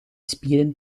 spieren